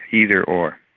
either or.